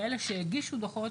כאלה שהגישו דוחות,